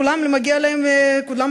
לכולם מגיע להרוויח,